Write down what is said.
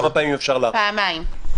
פעמיים.